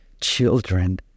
children